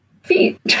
feet